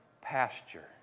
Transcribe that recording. pasture